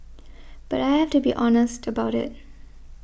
but I have to be honest about it